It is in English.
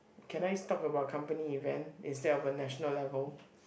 can I talk about company event instead of a national level